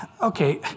okay